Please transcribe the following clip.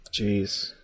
Jeez